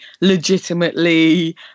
legitimately